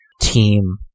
team